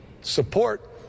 support